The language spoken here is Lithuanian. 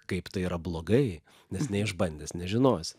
kaip tai yra blogai nes neišbandęs nežinosi